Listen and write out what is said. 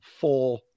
four